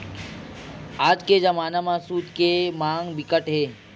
आज के जमाना म सूत के मांग बिकट हे